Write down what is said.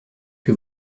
que